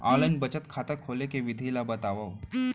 Online बचत खाता खोले के विधि ला बतावव?